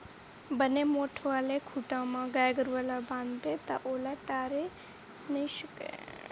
बने मोठ्ठ वाले खूटा म गाय गरुवा ल बांधबे ता ओला टोरे नइ सकय